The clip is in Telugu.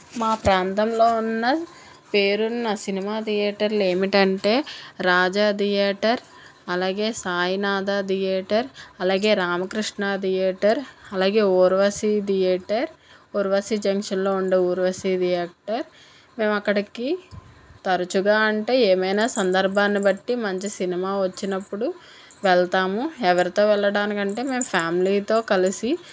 మా ప్రాంతంలో ఉన్న పేరు ఉన్న సినిమా థియేటర్లు ఏంటంటే రాజా థియేటర్ అలాగే సాయినాథ థియేటర్ అలాగే రామకృష్ణ థియేటర్ అలాగే ఊర్వశి థియేటర్ ఊర్వశి జంక్షన్లో ఉండే ఊర్వశి థియేటర్ మేము అక్కడికి తరచుగా అంటే ఏమైనా సందర్భాన్ని బట్టి మంచి సినిమా వచ్చినప్పుడు వెళతాము ఎవరితో వెళ్ళడానికంటే మేము ఫ్యామిలీతో కలిసి